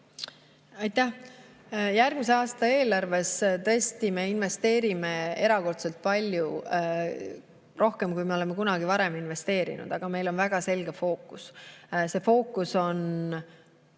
Aitäh! Järgmise aasta eelarves me tõesti investeerime erakordselt palju rohkem, kui oleme kunagi varem investeerinud, aga meil on väga selge fookus. See fookus on